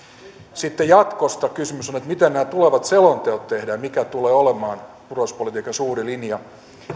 sitten jatkosta kysymys on että miten nämä tulevat selonteot tehdään mikä tulee olemaan turvallisuuspolitiikan suuri linja